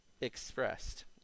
expressed